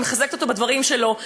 ומחזקת אותו בדברים שלו,